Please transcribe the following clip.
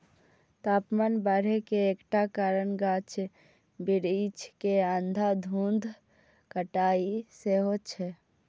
तापमान बढ़े के एकटा कारण गाछ बिरिछ के अंधाधुंध कटाइ सेहो छै